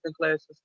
classes